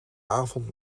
avond